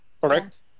Correct